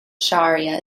sharia